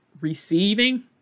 receiving